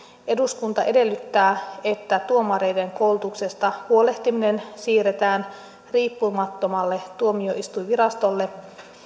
eduskunta edellyttää että tuomareiden koulutuksesta huolehtiminen siirretään riippumattomalle tuomioistuinvirastolle